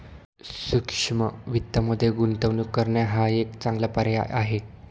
सूक्ष्म वित्तमध्ये गुंतवणूक करणे हा एक चांगला पर्याय आहे